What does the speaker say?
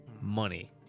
Money